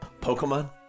Pokemon